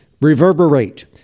reverberate